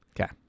Okay